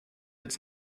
its